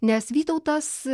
nes vytautas